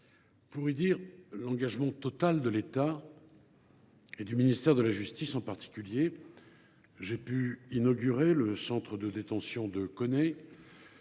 pour y dire l’engagement total de l’État et du ministère de la justice en particulier. J’ai pu en effet inaugurer le centre de détention de Koné.